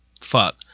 fuck